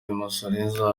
masozera